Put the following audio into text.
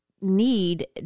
need